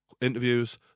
interviews